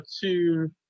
two